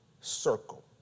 circle